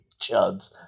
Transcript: chuds